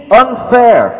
unfair